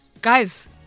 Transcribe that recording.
guys